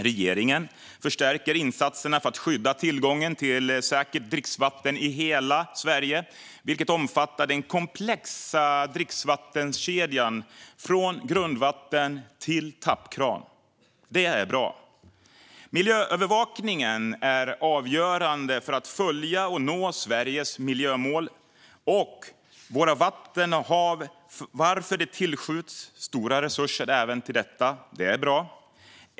Regeringen förstärker insatserna för att skydda tillgången till säkert dricksvatten i hela Sverige, vilket omfattar hela den komplexa dricksvattenkedjan från grundvatten till tappkran. Det är bra. Miljöövervakning är avgörande för att följa och nå Sveriges miljömål för vårt vatten och våra hav, varför det tillskjuts stora resurser även till detta. Det är bra.